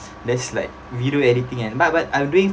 that's like video editing and but but I'm doing